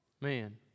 Man